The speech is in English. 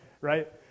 right